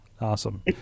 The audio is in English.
Awesome